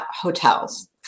hotels